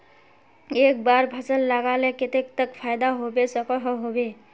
एक बार फसल लगाले कतेक तक फायदा होबे सकोहो होबे?